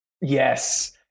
yes